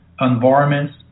environments